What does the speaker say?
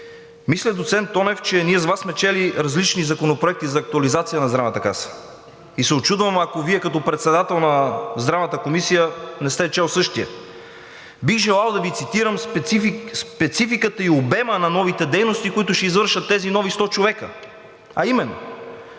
Мисля, доцент Тонев, че ние с Вас сме чели различни законопроекти за актуализация на Здравната каса и се учудвам, ако Вие като председател на Здравната комисия, не сте чел същия. Бих желал да Ви цитирам спецификата и обема на новите дейности, които ще извършват тези нови 100 човека, а именно: